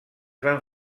van